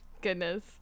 goodness